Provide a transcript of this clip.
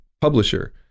publisher